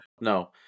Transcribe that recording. No